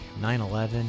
9-11